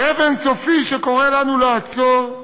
כאב אין-סופי שקורא לנו לעצור,